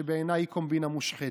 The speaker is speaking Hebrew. שבעיניי היא קומבינה מושחתת.